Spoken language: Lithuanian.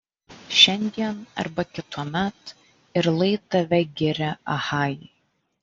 šiandien arba kituomet ir lai tave giria achajai